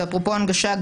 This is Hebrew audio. ואפרופו הנגשה,